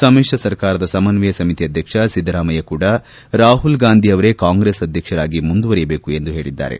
ಸಮಿತ್ರ ಸರ್ಕಾರದ ಸಮನ್ವಯ ಸಮಿತಿ ಅಧ್ಯಕ್ಷ ಸಿದ್ದರಾಮಯ್ಯ ಕೂಡಾ ರಾಹುಲ್ ಗಾಂಧಿ ಅವರೇ ಕಾಂಗ್ರೆಸ್ ಅಧ್ಯಕ್ಷರಾಗಿ ಮುಂದುವರೆಯಬೇಕು ಎಂದು ಹೇಳಿದ್ದಾರೆ